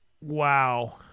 wow